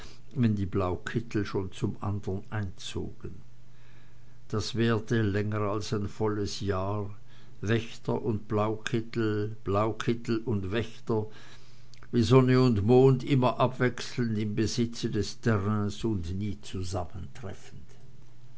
wenn die blaukittel schon zum andern einzogen das währte länger als ein volles jahr wächter und blaukittel blaukittel und wächter wie sonne und mond immer abwechselnd im besitz des terrains und nie zusammentreffend